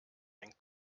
den